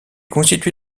constitué